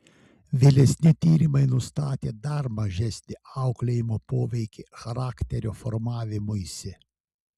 vėlesni tyrimai nustatė dar mažesnį auklėjimo poveikį charakterio formavimuisi